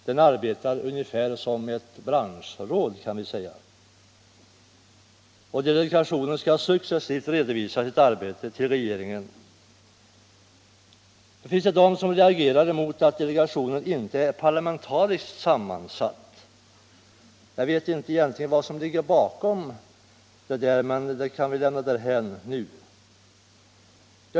Den arbetar ungefär som ett branschråd. Delegationen skall successivt redovisa sitt arbete till regeringen. Det finns de som reagerar mot att delegationen inte är parlamentariskt sammansatt. Jag vet egentligen inte vad som ligger bakom, men det kan vi lämna därhän nu.